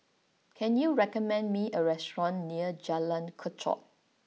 can you recommend me a restaurant near Jalan Kechot